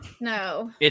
No